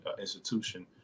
institution